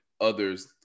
others